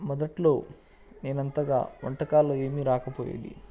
మొదట్లో నేను అంతగా వంటకాలు ఏమీ రాకపోయేవి